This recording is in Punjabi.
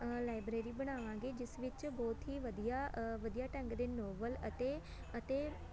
ਲਾਇਬ੍ਰੇਰੀ ਬਣਾਵਾਂਗੀ ਜਿਸ ਵਿੱਚ ਬਹੁਤ ਹੀ ਵਧੀਆ ਵਧੀਆ ਢੰਗ ਦੇ ਨੋਵਲ ਅਤੇ ਅਤੇ